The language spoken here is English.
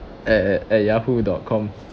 at at yahoo dot com